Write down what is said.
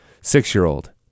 six-year-old